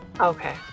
Okay